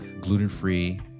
gluten-free